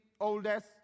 Oldest